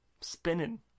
spinning